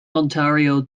ontario